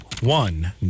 one